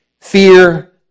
fear